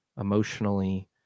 emotionally